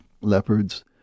leopards